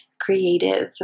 creative